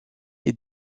est